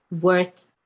worth